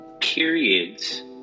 periods